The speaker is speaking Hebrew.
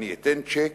אני אתן צ'ק,